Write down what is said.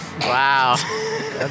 Wow